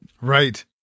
Right